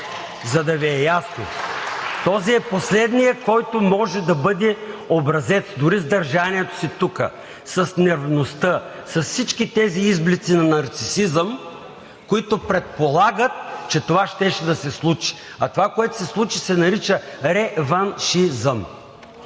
от ДПС.) Този е последният, който може да бъде образец, дори с държанието си тук, с нервността, с всички тези изблици на нарцисизъм, които предполагат, че това щеше да се случи. А това, което се случи, се нарича ре-ван-ши-зъм!